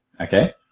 Okay